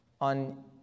on